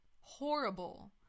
Horrible